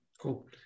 Cool